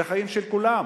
זה חיים של כולם.